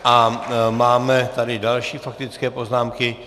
A máme tady další faktické poznámky.